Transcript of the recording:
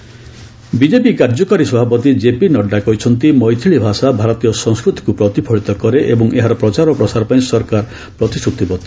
Nadda Mithila BJP କାର୍ଯ୍ୟକାରୀ ସଭାପତି J P Nadda କହିଛନ୍ତି ମୈଥିଳୀ ଭାଷା ଭାରତୀୟ ସଂସ୍କୃତିକୁ ପ୍ରତିଫଳିତ କରେ ଏବଂ ଏହାର ପ୍ରଚାର ଓ ପ୍ରସାର ପାଇଁ ସରକାର ପ୍ରତିଶ୍ରୁତିବଦ୍ଧ